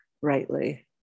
rightly